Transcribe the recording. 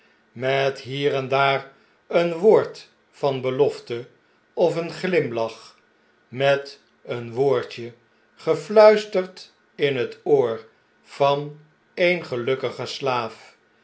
met hier en daar een woord van belofte of een glimlach met een woordje gefluisterd in het oor van een gelukkigen slaaf